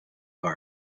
heart